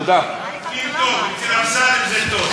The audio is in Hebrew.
שמחייב תאגידי מים,